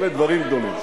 אלה דברים גדולים.